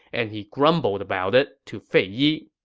and he grumbled about it to fei yi